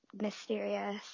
mysterious